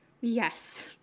yes